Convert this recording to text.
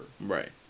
Right